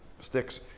sticks